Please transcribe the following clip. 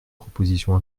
propositions